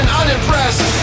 unimpressed